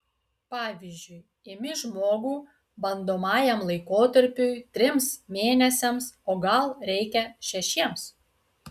pavyzdžiui imi žmogų bandomajam laikotarpiui trims mėnesiams o gal reikia šešiems